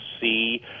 see